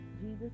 Jesus